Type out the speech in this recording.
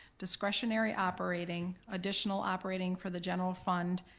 discretionary operating, additional operating for the general fund,